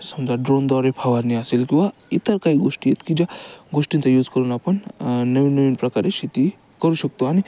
समजा ड्रोनद्वारे फावरणी असेल किंवा इतर काही गोष्टी आहेत की ज्या गोष्टींचा यूज करून आपण नवीन नवीन प्रकारे शेती ही करू शकतो आणि